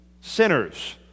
sinners